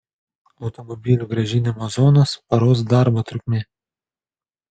automobilių grąžinimo zonos paros darbo trukmė